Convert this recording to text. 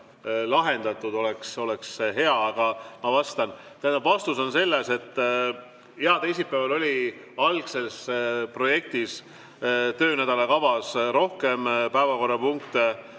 lahendatud, oleks hea. Aga ma vastan. Tähendab, vastus on selles, et teisipäeval oli algses projektis, töönädala kavas rohkem päevakorrapunkte.